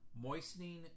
moistening